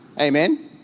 Amen